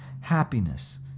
happiness